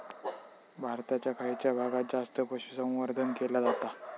भारताच्या खयच्या भागात जास्त पशुसंवर्धन केला जाता?